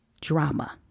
drama